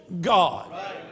God